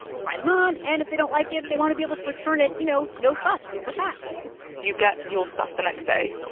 try them on. and if they don't like it, they want to be able to return it, you know, no fuss, super fast you get your stuff the next day,